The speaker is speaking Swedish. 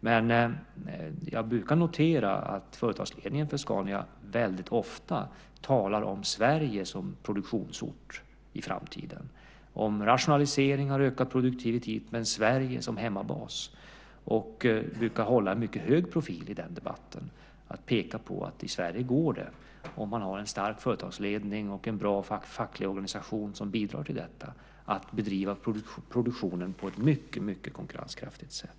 Dock brukar jag notera att Scanias företagsledning väldigt ofta talar om Sverige som produktionsort i framtiden, om rationaliseringar och ökad produktivitet med Sverige som hemmabas. De brukar hålla en mycket hög profil i den debatten och peka på att i Sverige går det, om man har en stark företagsledning och en bra facklig organisation som bidrar till detta, att bedriva produktionen på ett mycket konkurrenskraftigt sätt.